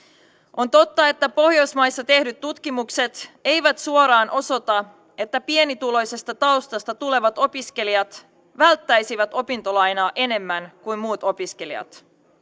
on totta että pohjoismaissa tehdyt tutkimukset eivät suoraan osoita että pienituloisesta taustasta tulevat opiskelijat välttäisivät opintolainaa enemmän kuin muut opiskelijat